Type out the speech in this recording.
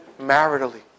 maritally